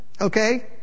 Okay